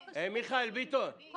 היום 15 ביולי, 2019, י"ב בתמוז, תשע"ט.